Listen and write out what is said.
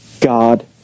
God